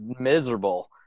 miserable